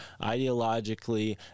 ideologically